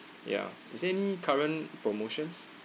ya is there any current promotions